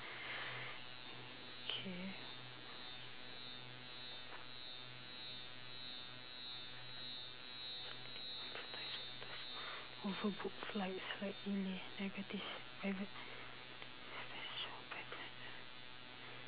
okay